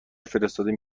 فرستادیم